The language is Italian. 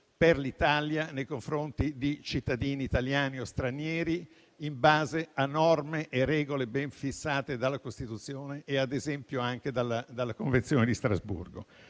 per l'Italia nei confronti di cittadini italiani o stranieri, in base a norme e regole ben fissate dalla Costituzione e dalla Convenzione di Strasburgo.